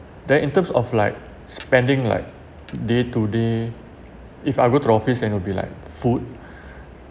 there in terms of like spending like day to day if I go to the office then would be like food